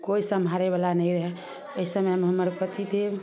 कोइ समहारयवला नहि रहय ओइ समयमे हमर पतिदेव